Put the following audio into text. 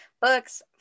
books